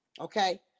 Okay